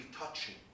touching